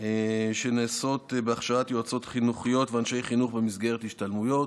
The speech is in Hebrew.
שנעשות בהכשרת יועצות חינוכיות ואנשי חינוך במסגרת השתלמויות,